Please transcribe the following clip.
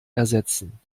ersetzen